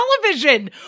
television